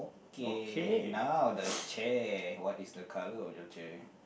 okay now the chair what is the colour of your chair